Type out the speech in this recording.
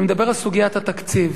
אני מדבר על סוגיית התקציב.